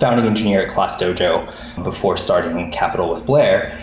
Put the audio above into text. founding engineer at classdojo before starting capital with blaire.